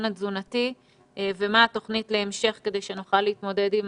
התזונתי ומה התוכנית להמשך כדי שנוכל להתמודד עם